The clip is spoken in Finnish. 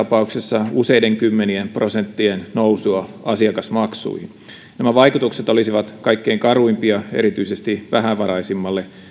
tapauksessa useiden kymmenien prosenttien nousua asiakasmaksuihin nämä vaikutukset olisivat kaikkein karuimpia erityisesti vähävaraisimmalle